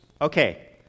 Okay